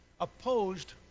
opposed